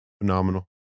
Phenomenal